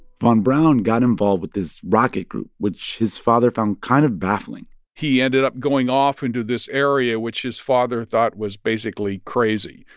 von braun got involved with this rocket group, which his father found kind of baffling he ended up going off into this area which his father thought was basically crazy.